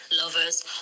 lovers